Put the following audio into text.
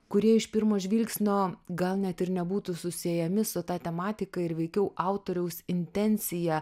kurie iš pirmo žvilgsnio gal net ir nebūtų susiejami su ta tematika ir veikiau autoriaus intencija